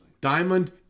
Diamond